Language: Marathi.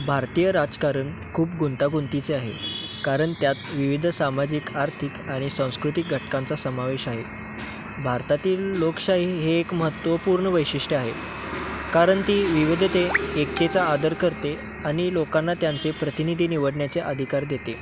भारतीय राजकारण खूप गुंतागुंतीचे आहे कारण त्यात विविध सामाजिक आर्थिक आणि संस्कृतिक घटकांचा समावेश आहे भारतातील लोकशाही हे एक महत्त्वपूर्ण वैशिष्ट्य आहे कारण ती विविधते एकतेचा आदर करते आणि लोकांना त्यांचे प्रतिनिधी निवडण्याचे अधिकार देते